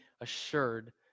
assured